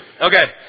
Okay